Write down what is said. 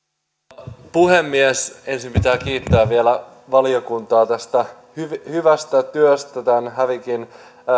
arvoisa puhemies ensin pitää kiittää vielä valiokuntaa tästä hyvästä työstä tämän